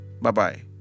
bye-bye